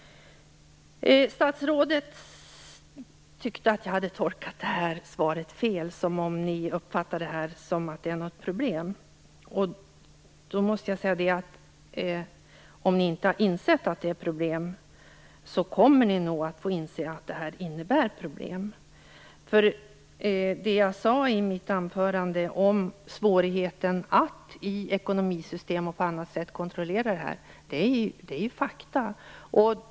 Statsrådet tyckte att jag hade tolkat svaret felaktigt, att detta uppfattades som ett problem. Då måste jag säga att om ni inte har insett att det är ett problem kommer ni nog att få göra det. Jag talade i mitt anförande om svårigheten att i ekonomisystem och annat kontrollera detta, och det var ju fakta.